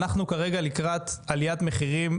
אנחנו כרגע לקראת עליית מחירים,